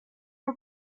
are